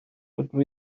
dydw